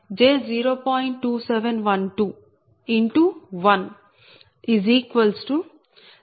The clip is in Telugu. u